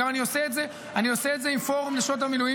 אגב, אני עושה את זה עם פורום נשות המילואים.